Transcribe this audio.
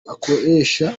azakoresha